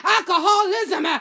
Alcoholism